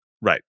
Right